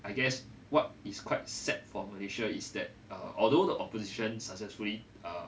I guess what is quite set for malaysia is that although the opposition successfully uh